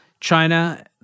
China